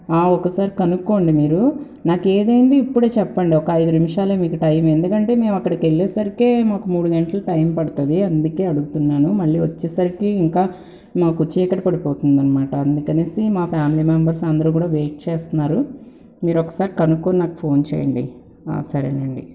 ఒక సారి కనుక్కోండి మీరు నాకేమయ్యింది ఇప్పుడే చెప్పండి ఒక ఐదు నిమిషాలే మీకు టైం ఎందుకంటే మేము అక్కడికి వెళ్ళే సరికి మాకు మూడు గంటలు టైం పడుతుంది అందుకే అడుగుతున్నాను మళ్ళీ వచ్చేసరికి ఇంకా మాకు చీకటి పడిపోతుందన్నమాట అందుకనేసి మా ఫ్యామిలీ మెంబర్స్ అందరు కూడా వెయిట్ చేస్తున్నారు మీరొకసారి కనుక్కోని నాకు ఫోన్ చేయండి సరేనండి